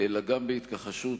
אלא גם בהתכחשות,